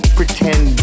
pretend